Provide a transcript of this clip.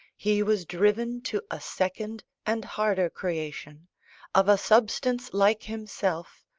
he was driven to a second and harder creation of a substance like himself,